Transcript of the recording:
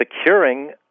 securing